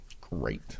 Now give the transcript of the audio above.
Great